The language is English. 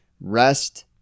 rest